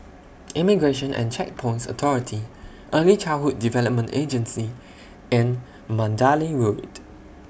Immigration and Checkpoints Authority Early Childhood Development Agency and Mandalay Road